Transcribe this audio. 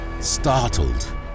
Startled